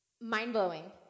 mind-blowing